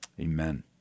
Amen